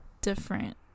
different